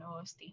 OST